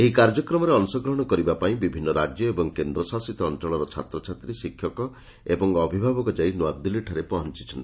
ଏହି କାର୍ଯ୍ୟକ୍ରମରେ ଅଂଶଗ୍ରହଶ କରିବା ପାଇଁ ବିଭିନ୍ନ ରାଜ୍ୟ ଏବଂ କେନ୍ଦ୍ରଶାସିତ ଅଞ୍ଚଳର ଛାତ୍ରଛାତ୍ରୀ ଶିକ୍ଷକ ଏବଂ ଅଭିଭାବକ ଆସି ନୂଆଦିଲ୍ଲୀଠାରେ ପହଞ୍ଚିଛନ୍ତି